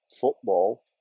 football